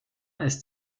ist